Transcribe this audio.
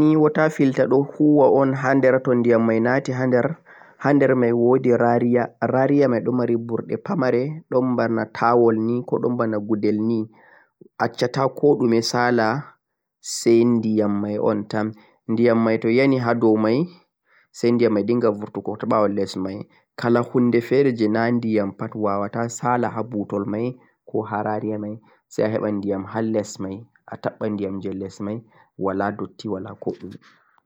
aran ei water filter don huuwa o'n hander diyam mei naate hnader hander mei woodi rariya rariya mei don mari burde pamarei barnata wooni baana gudan nei accata ko dume saala sai diyam mei tan diyam mei toh e'yeni haa doo mei sai diyam e'diggha burtuko toh bawoo les mei kala hunde jee naandiyam pad waawata sale haa butel mei k haarariya mei sai aheban diyam haa les mei atabban diyam jee les mei wala dotti wala ko-dume